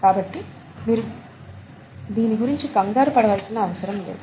కాబట్టి మీరు దీని గురించి కంగారు పడవలసిన అవసరం లేదు